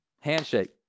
Handshake